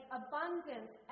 abundance